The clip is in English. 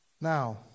Now